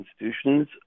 institutions